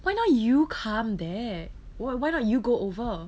why not you come there why why not you go over